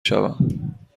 شوم